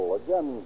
again